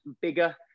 bigger